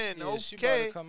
Okay